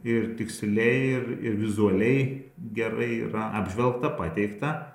ir tiksliai ir ir vizualiai gerai yra apžvelgta pateikta